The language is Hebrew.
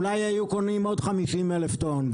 אולי היו קונים עוד 50,000 טון.